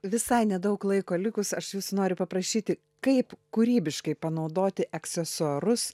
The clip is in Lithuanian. visai nedaug laiko likus aš jūsų noriu paprašyti kaip kūrybiškai panaudoti aksesuarus